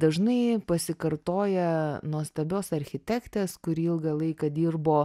dažnai pasikartoja nuostabios architektės kuri ilgą laiką dirbo